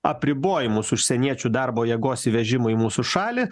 apribojimus užsieniečių darbo jėgos įvežimui į mūsų šalį